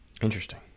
Interesting